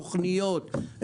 תוכניות,